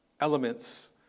elements